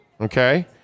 Okay